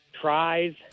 tries